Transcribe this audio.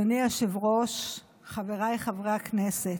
אדוני היושב-ראש, חבריי חברי הכנסת,